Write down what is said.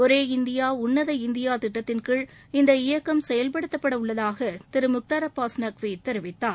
ஒரே இந்தியா உன்னத இந்தியா திட்டத்தின் கீழ் இந்த இயக்கம் செயல்படுத்தப்பட உள்ளதாக திரு முக்தார் அப்பாஸ் நக்வி தெரிவித்தார்